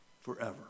Forever